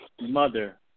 mother